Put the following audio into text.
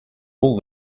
all